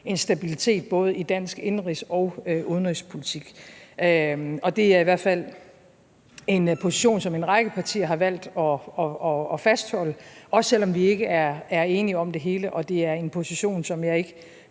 en stabilitet i både dansk indenrigspolitik og dansk udenrigspolitik. Det er i hvert fald en position, som en række partier har valgt at fastholde, også selv om vi ikke er enige om det hele, og det er en position, som jeg ikke